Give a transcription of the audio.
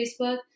Facebook